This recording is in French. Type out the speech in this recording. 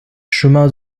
chemin